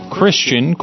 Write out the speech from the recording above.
Christian